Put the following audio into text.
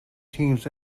teams